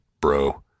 bro